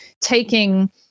taking